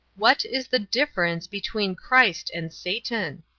what is the difference between christ and satan?